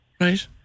Right